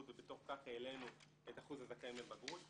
ובתוך כך העלינו את אחוז הזכאים לבגרות.